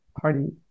party